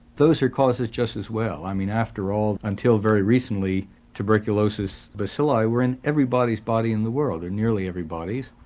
those are causes just as well, i mean after all, until very recently the tuberculosis bacilli were in everybody's body in the world, or nearly everybody's,